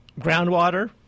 groundwater